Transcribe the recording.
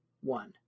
one